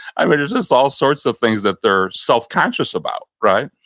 i mean, there's just all sorts of things that they're self-conscious about, right?